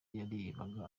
yarebaga